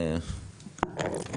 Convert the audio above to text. אגף התקציבים.